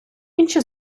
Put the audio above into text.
інші